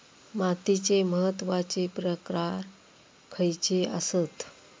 मातीचे महत्वाचे प्रकार खयचे आसत?